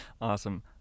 awesome